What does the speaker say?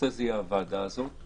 הנושא יהיה הוועדה הזאת,